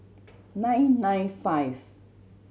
nine nine five